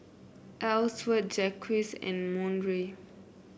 Elsworth Jacques and Monroe